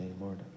Lord